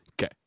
Okay